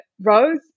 rose